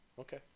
Okay